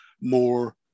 more